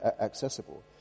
accessible